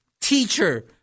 teacher